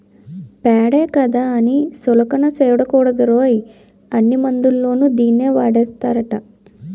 పేడే కదా అని సులకన సూడకూడదురోయ్, అన్ని మందుల్లోని దీన్నీ వాడేస్తారట